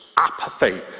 apathy